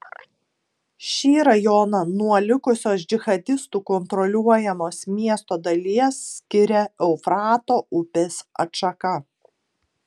šį rajoną nuo likusios džihadistų kontroliuojamos miesto dalies skiria eufrato upės atšaka